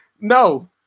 No